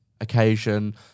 Occasion